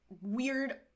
weird